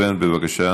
היושב-ראש.